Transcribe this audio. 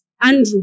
Andrew